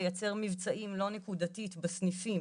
ליצר מבצעים לא נקודתית בסניפים,